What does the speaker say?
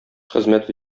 хезмәт